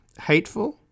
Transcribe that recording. hateful